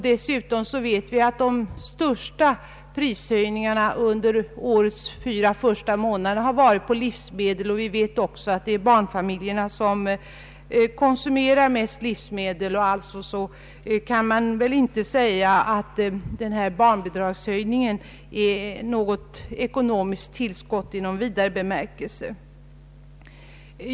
Dessutom vet vi att de största prishöjningarna under årets fyra första månader har varit på livsmedel och att det är barnfamiljerna som konsumerar mest livsmedel. Alltså kan man inte säga att barnbidragshöjningen innebär ett ekonomiskt tillskott i någon reell bemärkelse.